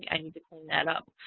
i need to clean that up.